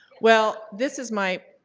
well, this is my,